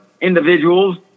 individuals